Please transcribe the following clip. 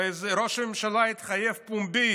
הרי ראש הממשלה התחייב פומבית